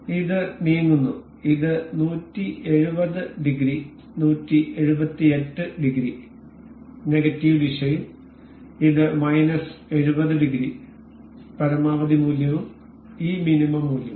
ഇത് നീങ്ങുന്നു ഇത് 170 ഡിഗ്രി 178 ഡിഗ്രി നെഗറ്റീവ് ദിശയിൽ ഇത് മൈനസ് 70 ഡിഗ്രി പരമാവധി മൂല്യവും ഈ മിനിമം മൂല്യവും